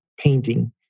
painting